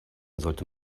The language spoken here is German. sollte